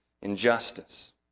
injustice